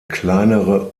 kleinere